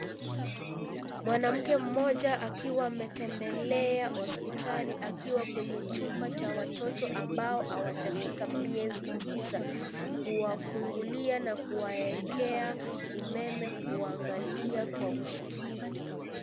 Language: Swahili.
Mwanamke mmoja akiwa ametembelea hospitali akiwa kwenye chumba cha watoto amabo hawjafika miezi tisa, kuwafungulia na kuwawekea umeme kuangalia wa usikivu.